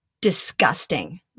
disgusting